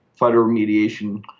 phytoremediation